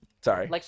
Sorry